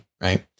right